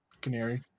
canary